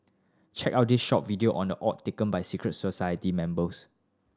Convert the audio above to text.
check out this short video on the oath taken by secret society members